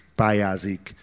pályázik